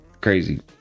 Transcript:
crazy